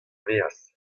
maez